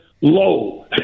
low